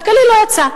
כלכלי, לא יצא.